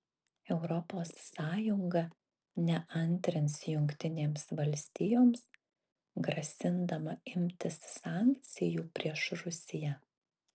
europos sąjunga neantrins jungtinėms valstijoms grasindama imtis sankcijų prieš rusiją